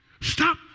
Stop